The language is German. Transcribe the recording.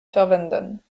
verwenden